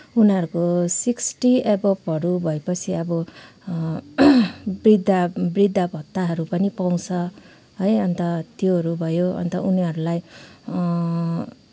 उनीहरूको सिक्स्टी एभबहरू भएपछि अब वृद्ध वृद्ध भत्ताहरू पनि पाउँछ है अन्त त्योहरू भयो अन्त उनीहरूलाई